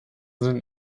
sind